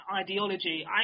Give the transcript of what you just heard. ideology